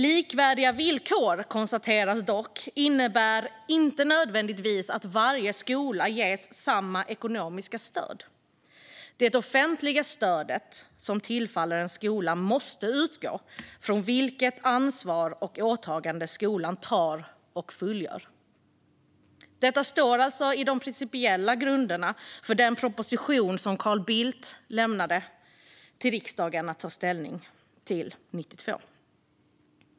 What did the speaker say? Likvärdiga villkor, konstateras dock, innebär inte nödvändigtvis att varje skola ges samma ekonomiska stöd. Det offentliga stödet som tillfaller en skola måste utgå från vilket ansvar och åtagande skolan tar och fullgör. Detta står alltså i de principiella grunderna för den proposition som Carl Bildt lämnade till riksdagen att ta ställning till 1992.